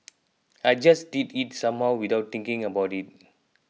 I just did it somehow without thinking about it